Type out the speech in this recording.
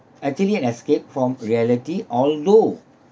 actually an escape from reality although